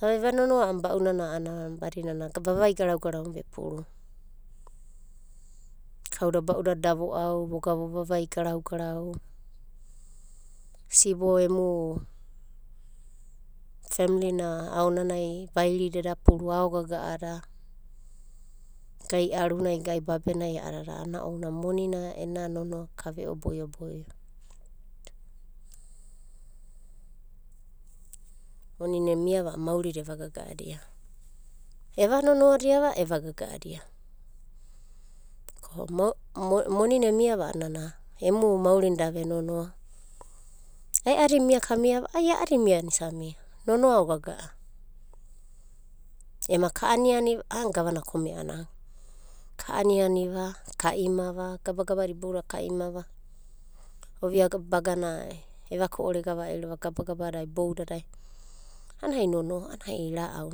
Da veva nonoa a'ana ba'unana badina na vavai garau garau na epuru. Kauda baudada da vo'au, voga vovaivai garau garau, sibo emu femli na aonanai vairida eda puru, aogaga'ada eda puru, ga arunai, gai babenai ana ounanai monina ena nonoa ka ve'o boio boio. Monina emiava a'ana maurida eva gaga'adiava. Ko monina emiava a'ana emu maurina da venonoa, ae'adi mia kamiava ai a'adi miana isa mia. Nonoa o gaga'a. Ema ka aniani va a'ana gavana kome'a nana. Ka aniani va ka imava, gabagaba da iboudai ka imava, ovia bagana eva ko'orega va'irova ada boudadai a'anai nonoa ana ai ra'au.